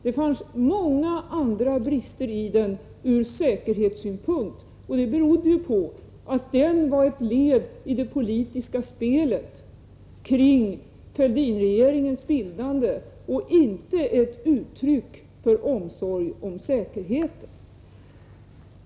Det fanns många andra brister i den ur säkerhetssynpunkt, och det berodde ju på att den var ett led i det politiska spelet kring Fälldin-regeringens bildande och inte ett uttryck för omsorg om säkerheten.